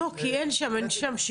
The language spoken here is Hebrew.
כי אין שם שיקום,